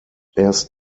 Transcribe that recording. erst